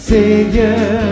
Savior